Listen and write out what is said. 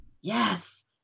yes